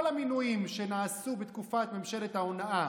הגשנו הצעת חוק היום שכל המינויים שנעשו בתקופת ממשלת ההונאה,